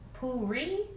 Puri